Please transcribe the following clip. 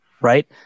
Right